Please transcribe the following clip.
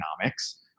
economics